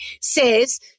says